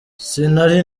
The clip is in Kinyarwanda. sinari